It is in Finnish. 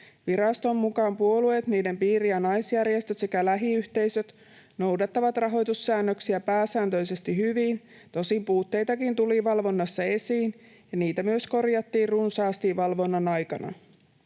Viraston mukaan puolueet, niiden piiri‑ ja naisjärjestöt sekä lähiyhteisöt noudattavat rahoitussäännöksiä pääsääntöisesti hyvin, tosin puutteitakin tuli valvonnassa esiin. Niitä myös korjattiin runsaasti valvonnan aikana.